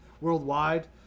worldwide